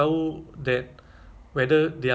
so will it still listen